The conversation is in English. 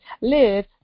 live